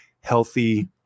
healthy